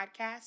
podcast